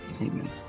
Amen